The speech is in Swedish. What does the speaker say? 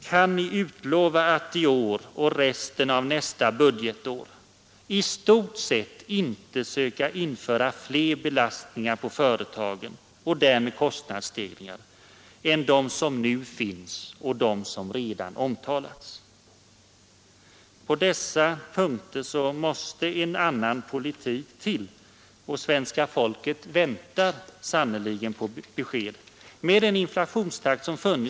Kan ni utlova att i år och resten av nästa budgetår inte söka införa fler belastningar på företagen och därmed kostnadsstegringar än de som nu finns och de som redan omtalats? Svenska folket väntar sannerligen på besked. En annan politik måste nu till.